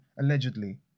allegedly